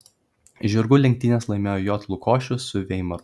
žirgų lenktynes laimėjo j lukošius su veimaru